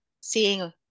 seeing